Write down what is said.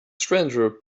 stranger